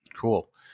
Cool